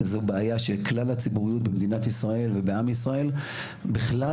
זה בעיה של כלל הציבוריות במדינת ישראל ובעם ישראל בכלל,